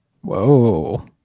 Whoa